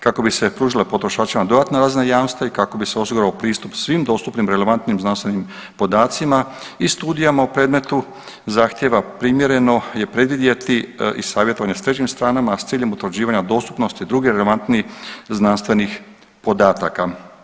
Kako bi se pružila potrošačima dodatna razina jamstva i kako bi se osigurao pristup svim dostupnim relevantnim znanstvenim podacima i studijama u predmetu zahtjeva primjerno je predvidjeti i savjetovanje s trećim stranama, a s ciljem utvrđivanja dostupnosti drugih relevantnijih znanstvenih podataka.